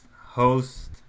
host